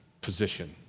position